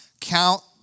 count